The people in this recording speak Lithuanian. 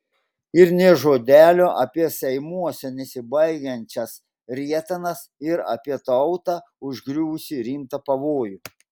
ir nė žodelio apie seimuose nesibaigiančias rietenas ir apie tautą užgriuvusį rimtą pavojų